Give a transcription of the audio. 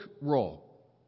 role